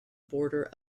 border